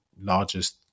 largest